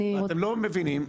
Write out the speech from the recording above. אתם לא מבינים,